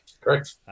Correct